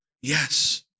Yes